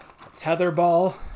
tetherball